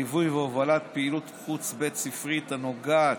ליווי והובלה של פעילות חוץ בית ספרית הנוגעת